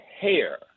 hair